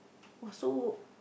!wah! so